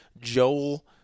Joel